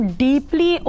deeply